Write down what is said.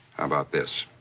about this?